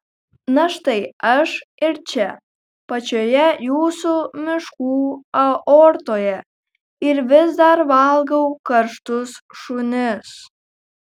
na štai aš ir čia pačioje jūsų miškų aortoje ir vis dar valgau karštus šunis